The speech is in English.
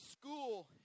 school